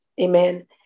Amen